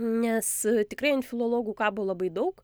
nes tikrai ant filologų kabo labai daug